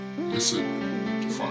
Listen